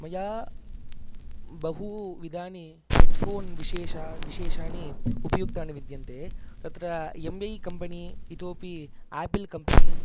मया बहु इदानी हेड् फोन् विशेषा विशेषानि उपयुक्तानि विद्यन्ते तत्र यम् ऐ कम्पनी इतोऽपि आपिल् कम्पनी